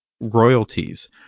royalties